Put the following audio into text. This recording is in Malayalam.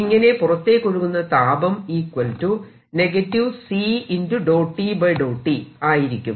ഇങ്ങനെ പുറത്തേക്കൊഴുകുന്ന താപം ആയിരിക്കും